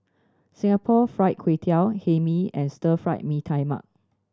Singapore Fried Kway Tiao Hae Mee and Stir Fried Mee Tai Mak